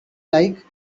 like